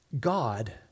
God